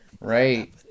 Right